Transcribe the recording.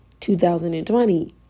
2020